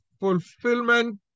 Fulfillment